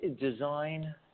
design